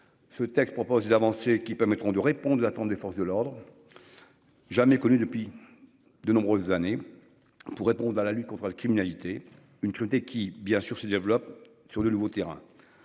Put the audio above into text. Ce texte propose des avancées qui permettront de répondre aux attentes des forces de l'ordre. Jamais connu depuis. De nombreuses années. Pour répondre à la lutte contre la criminalité, une cruauté qui bien sûr c'est développe sur le nouveau terrain.